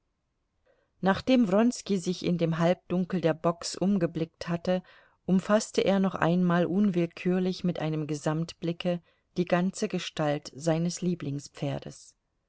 nachdem wronski sich in dem halbdunkel der box umgeblickt hatte umfaßte er noch einmal unwillkürlich mit einem gesamtblicke die ganze gestalt seines lieblingspferdes